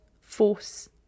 force